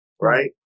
Right